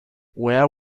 where